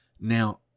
Now